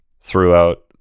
throughout